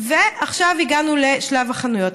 ועכשיו הגענו לשלב החנויות.